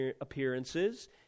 appearances